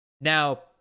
Now